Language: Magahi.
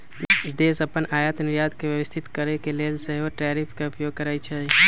देश अप्पन आयात निर्यात के व्यवस्थित करके लेल सेहो टैरिफ के उपयोग करइ छइ